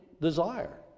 desire